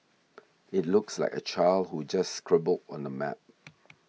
it looks like a child who just scribbled on the map